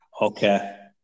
Okay